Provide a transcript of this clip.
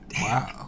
wow